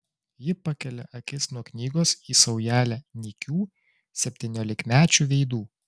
ji pakelia akis nuo knygos į saujelę nykių septyniolikmečių veidų